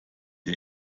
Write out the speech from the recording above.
der